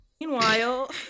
meanwhile